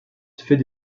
fait